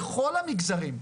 בכל המגזרים.